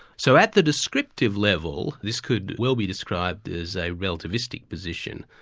so at the descriptive level, this could well be described as a relativistic position,